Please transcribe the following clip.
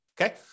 okay